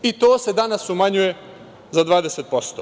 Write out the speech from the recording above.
I to se danas umanjuje za 20%